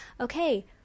okay